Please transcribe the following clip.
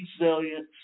resilience